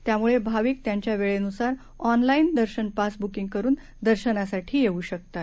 त्यामुळे भाविक त्यांच्या वेळेनुसार ऑन लाईन दर्शन पास बुकिंग करून दर्शनासाठी येऊ शकतात